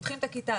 פותחים את הכיתה,